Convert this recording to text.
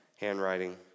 handwriting